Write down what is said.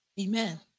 amen